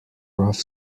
rough